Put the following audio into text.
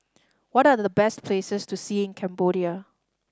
what are the best places to see in Cambodia